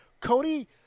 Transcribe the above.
Cody